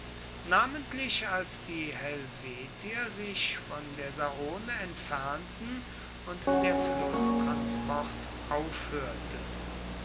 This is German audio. namentlich als die helvetier sich von der sane entfernten und der flußtransport aufhörte